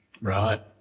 Right